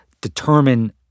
determine